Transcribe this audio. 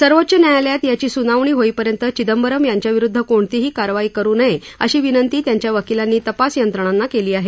सर्वोच्च न्यायालयात याची सुनावणी होईपर्यंत चिदंबरम यांच्याविरुद्ध कोणतीही कारवाई करु नये अशी विनंती त्यांच्या वकीलांनी तपास यंत्रणांना केली आहे